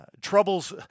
troubles